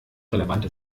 relevante